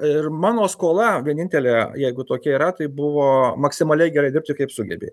ir mano skola vienintelė jeigu tokia yra tai buvo maksimaliai gerai dirbti kaip sugebi